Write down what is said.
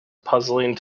puzzling